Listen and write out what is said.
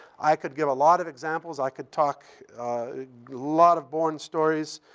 i could give a lot of examples. i could talk a lot of bohren stories.